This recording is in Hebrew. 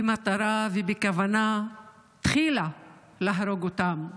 במטרה ובכוונה תחילה להרוג אותם.